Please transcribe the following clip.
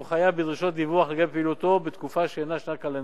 הוא חייב בדרישות דיווח לגבי פעילותו בתקופה שאינה שנה קלנדרית.